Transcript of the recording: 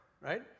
right